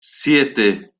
siete